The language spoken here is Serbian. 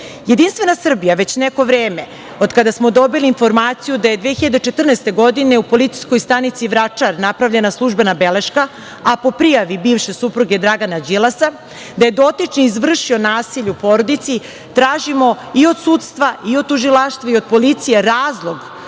zemlji. Jedinstvena Srbija, već neko vreme od kada smo dobili informaciju da je 2014. godine u policijskoj stanici Vračar, napravljena službena beleška, a po prijavi bivše supruge Dragana Đilasa da je dotični izvršio nasilje u porodici tražimo i od sudstva i od Tužilaštva i od policije, razlog